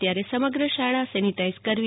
ત્યારે સમગ્ર શાળા સેનીટાઈઝડ કરવી